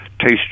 Taste